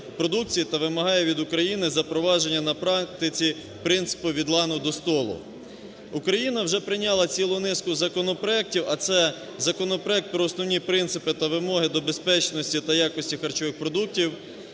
та вимагає від України запровадження на практиці принципу "від лану – до столу". Україна вже прийняла цілу низку законопроектів, а це – законопроект про основі принципи та вимоги до безпечності та якості харчових продуктів,